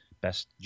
best